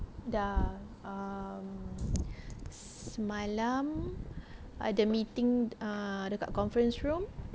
dah um semalam ada meeting err dekat conference room